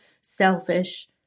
selfish